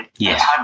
Yes